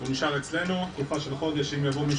תמיד באותו